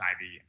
Ivy